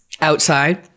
outside